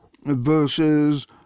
verses